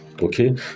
okay